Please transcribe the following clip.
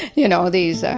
you know these, ah